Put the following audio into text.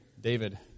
David